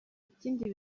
ikindi